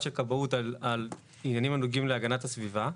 הכבאות על עניינים הנוגעים להגנת הסביבה,